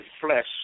flesh